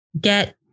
get